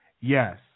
yes